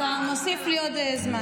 אתה מוסיף לי עוד זמן.